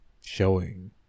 showing